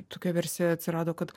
tokia versija atsirado kad